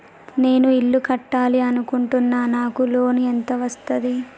నేను ఇల్లు కట్టాలి అనుకుంటున్నా? నాకు లోన్ ఎంత వస్తది?